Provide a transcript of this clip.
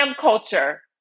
culture